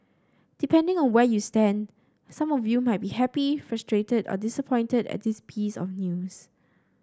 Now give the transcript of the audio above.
depending on where you stand some of you might be happy frustrated or disappointed at this piece of news